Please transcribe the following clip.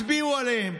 הצביעו עליהם.